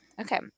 Okay